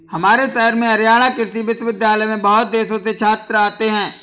हमारे शहर में हरियाणा कृषि विश्वविद्यालय में बहुत देशों से छात्र आते हैं